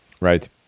Right